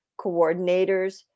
coordinators